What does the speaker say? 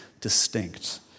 distinct